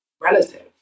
relative